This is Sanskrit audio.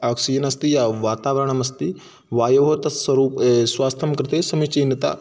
आक्सिजन् अस्ति या वातावरणमस्ति वायोः तत्स्वरूपं स्वास्थ्यं कृते समीचीनता